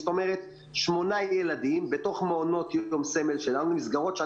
זאת אומרת שמונה ילדים בתוך מעונות יום סמל שלנו,